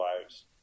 lives